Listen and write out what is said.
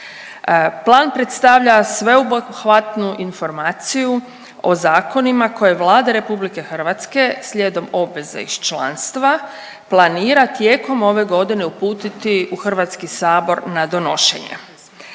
Plan predstavlja sveobuhvatnu informaciju o zakonima koje Vlada RH slijedom obveze iz članstva planira tijekom ove godine uputiti u Hrvatski sabor na donošenje.